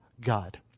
God